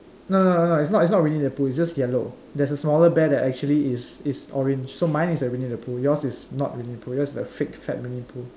no no no is not is not Winnie the Pooh it's just yellow there's a smaller bear that actually is is orange so mine is a Winnie the Pooh yours is not Winnie the Pooh yours is a fake fat Winnie Pooh